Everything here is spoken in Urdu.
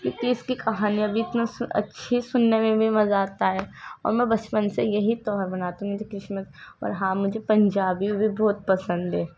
کیونکہ اس کی کہانیاں بھی اتنا اچھی سننے میں بھی مزہ آتا ہے اور میں بچپن سے یہی تہوار مناتی ہوں یہ جو کرسمس اور ہاں مجھے پنجابی بھی بہت پسند ہے